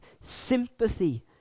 sympathy